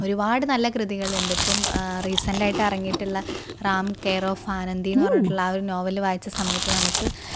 ഒരുപാട് നല്ല കൃതികൾ ഉണ്ട് ഇപ്പംറീസെൻറ്റ് ആയിട്ട് ഇറങ്ങിയിട്ടുള്ള റാം കെയർ ഓഫ് ആനന്ദി എന്ന് പറഞ്ഞിട്ട് ഉള്ള ആ ഒരു നോവൽ വായിച്ച സമയത്ത് നമുക്ക്